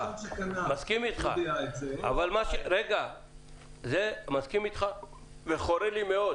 מסכים איתך וחורה לי מאוד